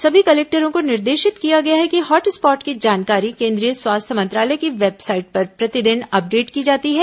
सभी कलेक्टरों को निर्देशित किया गया है कि हॉट स्पॉट की जानकारी केंद्रीय स्वास्थ्य मंत्रालय की वेबसाइट पर प्रतिदिन अपडेट की जाती है